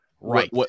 right